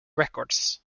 records